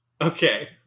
Okay